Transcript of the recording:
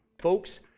Folks